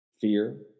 Fear